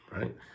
right